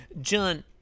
John